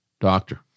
Doctor